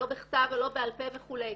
לא בכתב ולא בעל-פה וכולי.